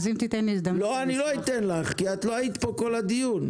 אז אם תיתן לי הזדמנות -- אני לא אתן לך כי לא היית פה כל הדיון,